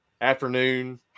afternoon